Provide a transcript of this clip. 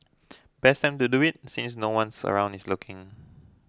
best time to do it since no one's around is looking